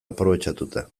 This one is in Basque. aprobetxatuta